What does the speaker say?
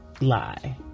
lie